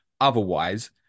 Otherwise